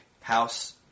house